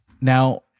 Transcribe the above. Now